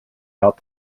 out